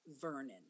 Vernon